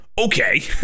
Okay